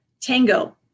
tango